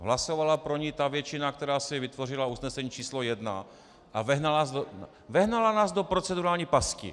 Hlasovala pro ni ta většina, která si vytvořila usnesení číslo jedna a vehnala nás do procedurální pasti.